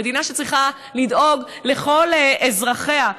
מדינה שצריכה לדאוג לכל אזרחיה.